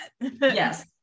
Yes